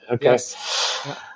Yes